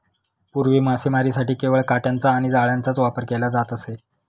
पूर्वी मासेमारीसाठी केवळ काटयांचा आणि जाळ्यांचाच वापर केला जात असे